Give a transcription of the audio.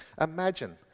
Imagine